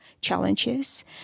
challenges